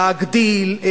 להגדיל,